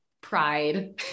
pride